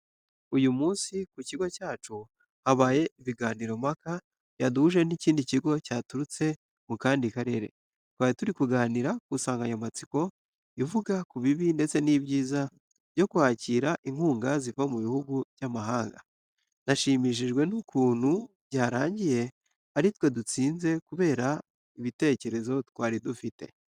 Uyu munsi ku kigo cyacu habaye ibiganiro mpaka byaduhuje n'ikindi kigo cyaturutse mu kandi karere. Twari turi kuganira ku nsanganyamatsiko ivuga ku bibi ndetse n'ibyiza byo kwakira inkunga ziva mu bihugu by'amahanga. Nashimishijwe n'ukuntu byarangiye ari twe dutsinze kubera ibitekerezo twari dufite.